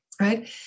right